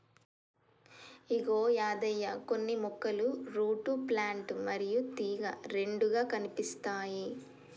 ఇగో యాదయ్య కొన్ని మొక్కలు root plant మరియు తీగ రెండుగా కనిపిస్తాయి